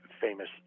famous